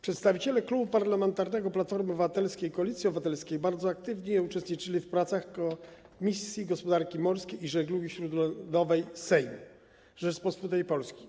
Przedstawiciele Klubu Parlamentarnego Platforma Obywatelska - Koalicja Obywatelska bardzo aktywnie uczestniczyli w pracach Komisji Gospodarki Morskiej i Żeglugi Śródlądowej Sejmu Rzeczypospolitej Polskiej.